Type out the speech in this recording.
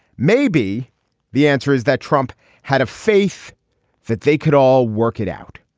maybe the answer is that trump had a faith that they could all work it out.